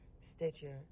Stitcher